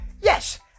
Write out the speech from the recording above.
Yes